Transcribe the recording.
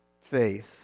faith